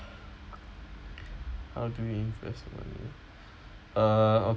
err